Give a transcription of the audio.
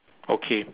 okay